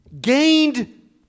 gained